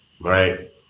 right